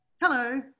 hello